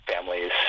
families